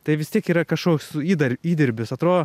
tai vis tiek yra kažkoks įdar įdirbis atrodo